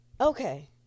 Okay